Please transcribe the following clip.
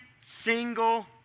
single